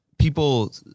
People